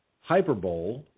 hyperbole